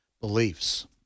beliefs